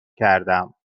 کردم